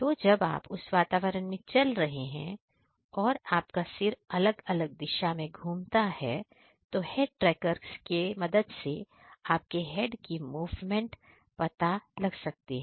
तो जब आप उस वातावरण में चल रहे हैं और आपका सिर अलग अलग दिशा में घूमता हैऔर हैंड ट्रैक्टर के मदद से आपकी हेड की मूवमेंट पता लग सकती है